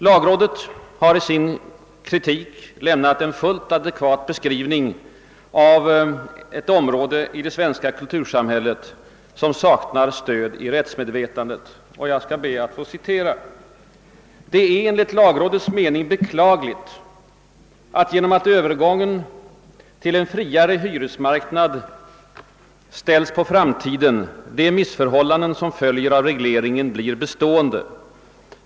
Lagrådet har i sin kritik givit en fullt adekvat beskrivning av ett område i det svenska kultursamhället som saknar stöd i rättsmedvetandet. Jag ber att få citera: »Det är enligt lagrådets mening beklagligt, att genom att övergången till en friare hyresmarknad sålunda ställes på framtiden de missförhållanden som följer av regleringen blir bestående.